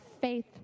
faith